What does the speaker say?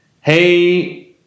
Hey